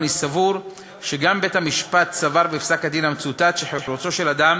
אני סבור שגם בית-המשפט סבר בפסק-הדין המצוטט שחירותו של אדם